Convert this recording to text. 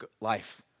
life